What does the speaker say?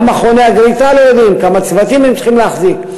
גם מכוני הגריטה לא יודעים כמה צוותים הם צריכים להחזיק.